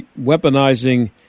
weaponizing